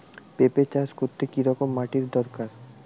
পেঁপে চাষ করতে কি রকম মাটির দরকার?